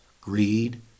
greed